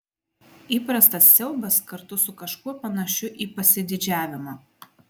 įprastas siaubas kartu su kažkuo panašiu į pasididžiavimą